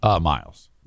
miles